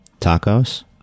Tacos